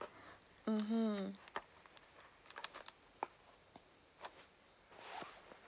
mmhmm